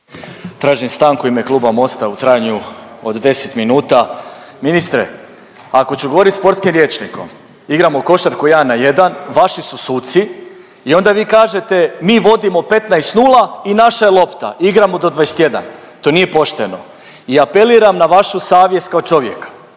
Tražim stanku u ime Kluba Mosta u trajanju od 10 minuta. Ministre, ako ću govorit sportskim rječnikom, igramo košarku ja na jedan, vaši su suci i onda vi kažete mi vodimo 15:0 i naša je lopta, igramo do 21, to nije pošteno. I apeliram na vašu savjest kao čovjeka,